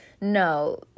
No